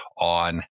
on